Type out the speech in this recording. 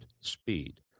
speed